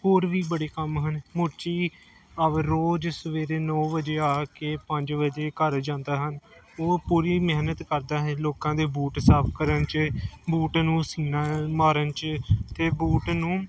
ਹੋਰ ਵੀ ਬੜੇ ਕੰਮ ਹਨ ਮੋਚੀ ਆਪ ਰੋਜ਼ ਸਵੇਰੇ ਨੌ ਵਜੇ ਆ ਕੇ ਪੰਜ ਵਜੇ ਘਰ ਜਾਂਦਾ ਹਨ ਉਹ ਪੂਰੀ ਮਿਹਨਤ ਕਰਦਾ ਹੈ ਲੋਕਾਂ ਦੇ ਬੂਟ ਸਾਫ ਕਰਨ 'ਚ ਬੂਟ ਨੂੰ ਸੀਣਾ ਮਾਰਨ 'ਚ ਅਤੇ ਬੂਟ ਨੂੰ